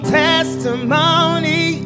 testimony